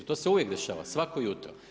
To se uvijek dešava, svako jutro.